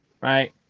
right